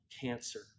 cancer